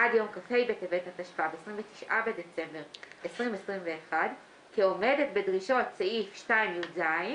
עד יום כ"ה בטבת התשפ"ב (29 בדצמבר 2021) כעומדת בדרישות סעיף 2(יז)